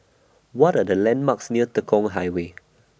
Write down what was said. What Are The landmarks near Tekong Highway